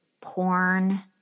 porn